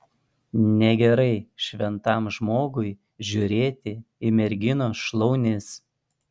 negerai šventam žmogui žiūrėti į merginos šlaunis